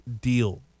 deal